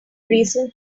reason